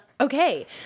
okay